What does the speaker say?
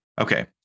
Okay